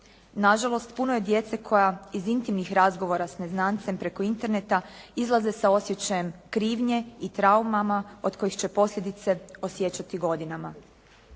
Nažalost, puno je djece koja iz intimnih razgovora s neznancem preko interneta izlaze sa osjećajem krivnje i traumama od kojih će posljedice osjećati godinama.